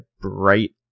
bright